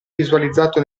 visualizzato